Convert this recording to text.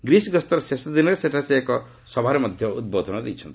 Greece ଗସ୍ତର ଶେଷ ଦିନରେ ସେଠାରେ ସେ ଏକ ସଭାରେ ଉଦ୍ବୋଧନ ମଧ୍ୟ ଦେଇଛନ୍ତି